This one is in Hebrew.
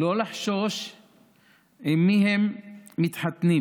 לא לחשוש עם מי הם מתחתנים,